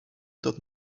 dod